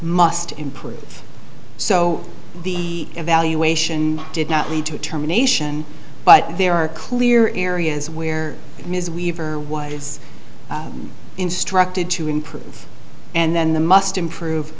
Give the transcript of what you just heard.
must improve so the evaluation did not lead to terminations but there are clear areas where ms weaver was instructed to improve and then the must improve